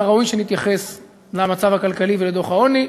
הראוי שנתייחס למצב הכלכלי ולדוח העוני,